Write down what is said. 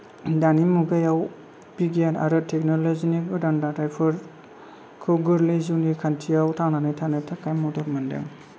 दानि मुगायाव बिगियान आरो टेकन'लजिनि गोदान दाथायफोरखौ गोर्लै जिउनि खान्थियाव थांनानै थानो थाखाय मदद मोनदों